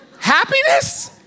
happiness